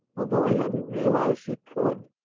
although i hadn't realized she could.